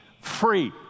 free